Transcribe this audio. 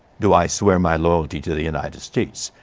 do i swear my loyalty to the united states.